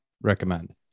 recommend